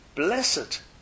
Blessed